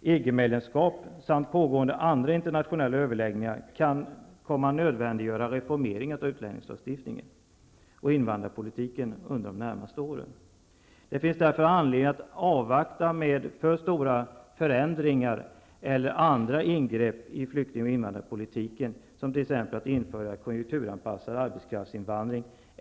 EG-medlemskap och pågående andra internationella överläggningar kan komma att nödvändiggöra reformeringar av utlänningslagstiftningen och invandringspolitiken inom de närmaste åren. Det finns därför anledning att avvakta med att genomföra alltför stora förändringar eller att göra ingrepp i flyktingpolitiken, t.ex. att införa någon typ av kvotsystem eller en konjunkturanpassad arbetskraftsinvandring.